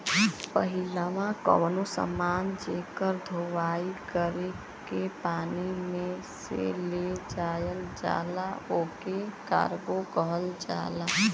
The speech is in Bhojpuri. पहिलवा कउनो समान जेकर धोवाई कर के पानी में से ले जायल जाला ओके कार्गो कहल जाला